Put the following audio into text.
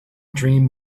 dream